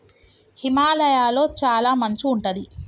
హిమాలయ లొ చాల మంచు ఉంటది